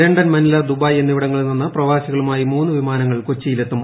London Manila Dubai എന്നിവിടങ്ങളിൽ നിന്ന് പ്രവാസികളുമായി മൂന്ന് വിമാനങ്ങൾ കൊച്ചിയിലെത്തും